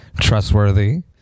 trustworthy